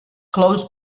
close